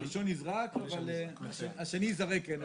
הראשון נזרק והשני ייזרק.